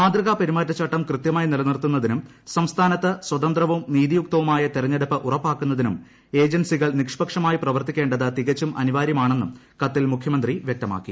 മാതൃകാ പെരുമാറ്റച്ചട്ടം കൃത്യമായി നിലനിർത്തുന്നതിനും സംസ്ഥാനത്ത് സ്വതന്ത്രവും നീതിയുക്തവുമായ തെരഞ്ഞെടുപ്പ് ഉറപ്പാക്കുന്നതിനും ഏജൻസികൾ നിഷ്പക്ഷമായി പ്രവർത്തിക്കേണ്ടത് തികച്ചും അനിവാര്യമാണെന്നും കത്തിൽ മുഖ്യമന്ത്രി വ്യക്തമാക്കി